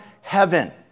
heaven